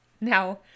Now